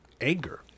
anger